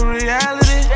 reality